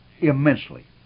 immensely